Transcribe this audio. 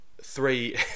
Three